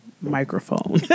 microphone